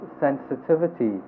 sensitivity